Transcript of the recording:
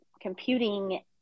computing